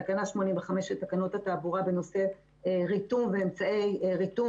תקנה 85 לתקנות התעבורה בנושא ריתום ואמצעי ריתום.